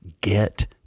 get